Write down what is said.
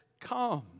come